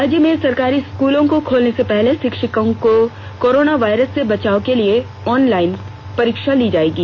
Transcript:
राज्य में सरकारी स्कूलों को खोलने से पहले शिक्षिकों को कोरोना वायरस से बचाव के लिए ऑनलाइन परीक्षा ली जाएगी